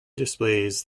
displays